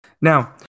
Now